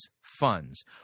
Funds